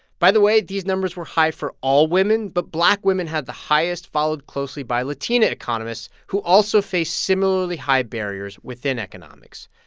by the way, these numbers were high for all women, but black women had the highest, followed closely by latina economists, who also faced similarly high barriers within economics.